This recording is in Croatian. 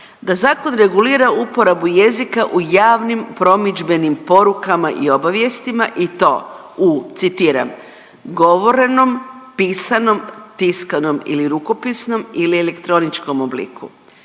da zakon regulira uporabu jezika u javnim promidžbenim porukama i obavijestima i to u citiram, govorenom, pisanom, tiskanom ili rukopisnom ili elektroničkom obliku,